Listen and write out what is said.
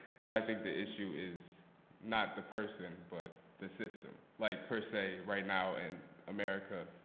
but i think the issue is not the person but the system. like per se, right now in america,